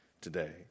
today